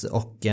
och